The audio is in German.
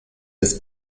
des